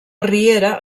riera